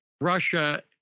Russia